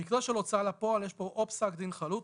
במקרה של הוצאה לפועל יש פה או פסק דין חלוט,